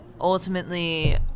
ultimately